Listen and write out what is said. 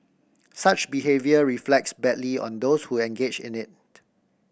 such behaviour reflects badly on those who engage in it